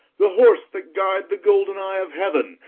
the horse that guide the golden eye of heaven,